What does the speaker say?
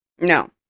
No